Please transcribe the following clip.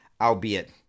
albeit